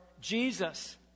Jesus